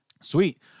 Sweet